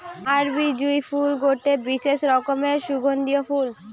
আরবি জুঁই ফুল গটে বিশেষ রকমের সুগন্ধিও ফুল